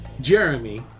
jeremy